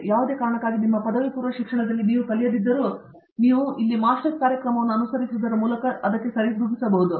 ಮತ್ತು ಯಾವುದೇ ಕಾರಣಕ್ಕಾಗಿ ನಿಮ್ಮ ಪದವಿಪೂರ್ವ ಶಿಕ್ಷಣದಲ್ಲಿ ನೀವು ಕಲಿಯದಿದ್ದರೂ ನೀವು ಇಲ್ಲಿ ಮಾಸ್ಟರ್ಸ್ ಕಾರ್ಯಕ್ರಮವನ್ನು ಅನುಸರಿಸುವುದರ ಮೂಲಕ ಅದಕ್ಕೆ ಸರಿದೂಗಿಸಬಹುದು